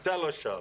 אתה לא שם,